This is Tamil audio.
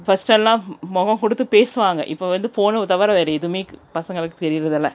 ஃபஸ்ட்டெல்லாம் முகம் கொடுத்து பேசுவாங்க இப்போ வந்து ஃபோனை தவிர வேறு எதுவுமே பசங்களுக்கு தெரிகிறதில்ல